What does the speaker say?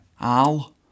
Al